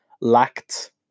lacked